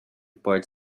pode